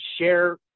share